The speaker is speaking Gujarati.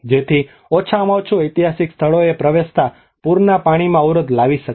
જેથી ઓછામાં ઓછું એઈતિહાસિક સ્થળોએ પ્રવેશતા પૂરના પાણીમાં અવરોધ લાવી શકે